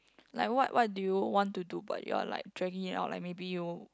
like what what do you want to do but you're like dragging it out like maybe you